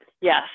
yes